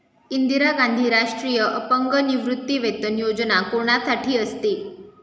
इंदिरा गांधी राष्ट्रीय अपंग निवृत्तीवेतन योजना कोणासाठी असते?